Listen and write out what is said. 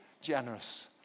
generous